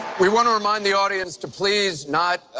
we want to remind the audience to please not